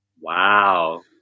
wow